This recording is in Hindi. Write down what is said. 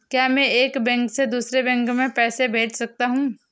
क्या मैं एक बैंक से दूसरे बैंक में पैसे भेज सकता हूँ?